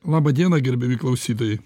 laba diena gerbiami klausytojai